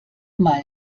mal